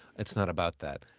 it's not about that.